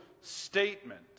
statement